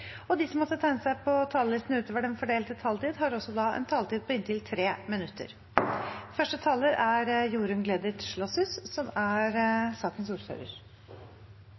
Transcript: og de som måtte tegne seg på talerlisten utover den fordelte taletid, får også en taletid på inntil 3 minutter. Bakgrunnen for saken er